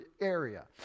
area